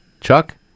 Chuck